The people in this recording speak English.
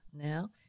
now